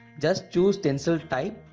just choose stencil type,